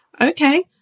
okay